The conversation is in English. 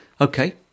okay